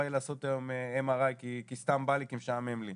בא לי לעשות היום MRI כי משעמם לי.